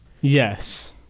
Yes